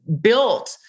built